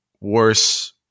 worse